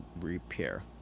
repair